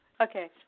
Okay